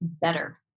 better